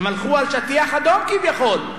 הם הלכו על שטיח אדום כביכול,